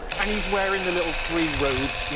and he is wearing the little free robe, yeah